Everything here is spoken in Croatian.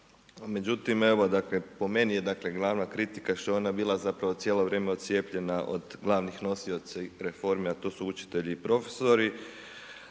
dakle po meni je dakle glavna kritika što je ona bila zapravo cijelo vrijeme odcjepljenja od glavnih nosioca reforme, a to su učitelji i profesori.